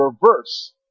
reverse